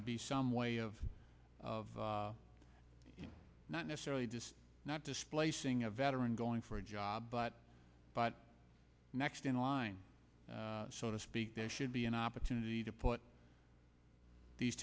to be some way of of not necessarily just not displacing a veteran going for a job but but next in line so to speak there should be an opportunity to put these